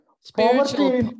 Spiritual